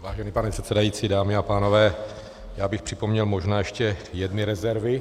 Vážený pane předsedající, dámy a pánové, já bych připomněl možná ještě jedny rezervy.